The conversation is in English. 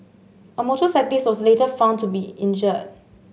a motorcyclist was later found to be injured